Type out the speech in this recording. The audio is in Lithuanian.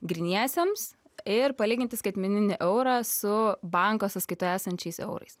gryniesiems ir palyginti skaitmeninį eurą su banko sąskaitoje esančiais eurais